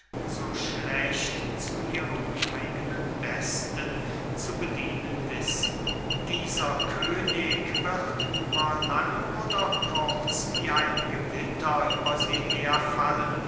so schlecht zu ihrem eigenen besten zu bedienen wissen dieser könig wird über lang oder kurz wie ein gewitter über sie her